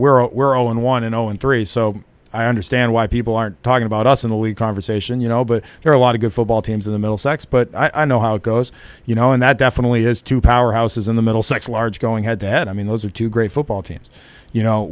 where we're all in one and zero in three so i understand why people aren't talking about us in the league conversation you know but there are a lot of good football teams in the middle sex but i know how it goes you know and that definitely has two powerhouses in the middlesex large going head to head i mean those are two great football teams you know